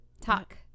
Talk